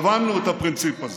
הבנו את הפרינציפ הזה.